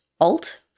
Alt